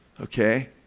okay